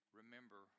remember